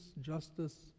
justice